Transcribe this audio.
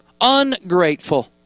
ungrateful